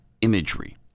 imagery